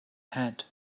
hat